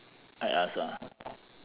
I ask ah